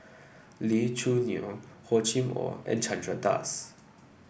Lee Choo Neo Hor Chim Or and Chandra Das